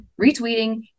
retweeting